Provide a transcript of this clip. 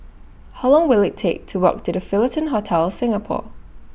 How Long Will IT Take to Walk to The Fullerton Hotel Singapore